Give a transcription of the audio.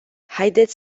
haideți